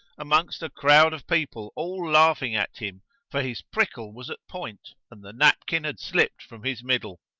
amongst a crowd of people all laughing at him for his prickle was at point and the napkin had slipped from his middle.